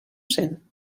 cent